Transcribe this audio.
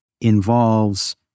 involves